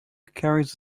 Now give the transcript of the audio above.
carries